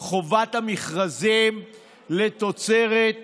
חובת המכרזים לתוצרת ישראלית.